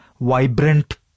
vibrant